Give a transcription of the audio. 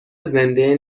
زنده